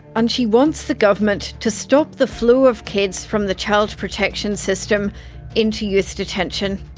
and she wants the government to stop the flow of kids from the child protection system into youth detention.